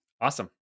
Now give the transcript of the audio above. Awesome